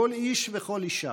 כל איש וכל אישה: